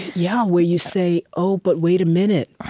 yeah, where you say, oh, but wait a minute,